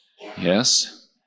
yes